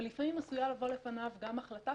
אבל לפעמים עשויה לבוא לפניו גם החלטה